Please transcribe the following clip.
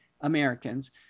Americans